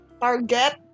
target